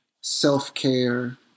self-care